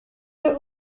deux